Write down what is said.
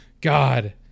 god